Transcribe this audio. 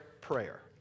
prayer